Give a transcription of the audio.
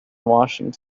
washington